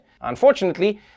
Unfortunately